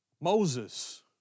Moses